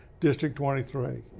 district twenty three.